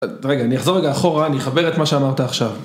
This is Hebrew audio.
רגע, אני אחזור רגע אחורה, אני אחבר את מה שאמרת עכשיו,